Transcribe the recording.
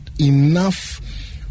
enough